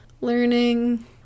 learning